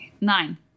nine